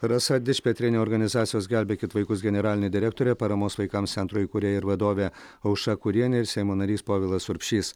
rasa dičpetrienė organizacijos gelbėkit vaikus generalinė direktorė paramos vaikams centro įkūrėja ir vadovė aušra kurienė ir seimo narys povilas urbšys